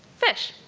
fish.